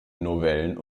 novellen